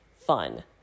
fun